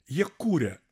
jie kūrė